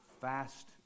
fast